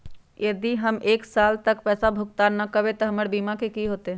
यदि हम एक साल तक पैसा भुगतान न कवै त हमर बीमा के की होतै?